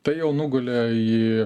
tai jau nugulė į